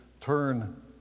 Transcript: turn